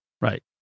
Right